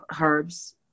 herbs